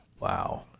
Wow